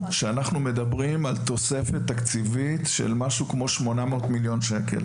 אני מעריך שאנחנו מדברים על תוספת תקציבית של משהו כמו 800 מיליון שקל,